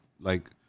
like-